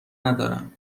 ندارم